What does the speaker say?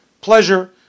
pleasure